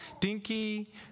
dinky